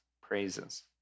praises